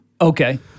Okay